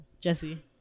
Jesse